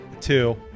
two